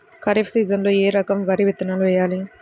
ఖరీఫ్ సీజన్లో ఏ రకం వరి విత్తనాలు వేయాలి?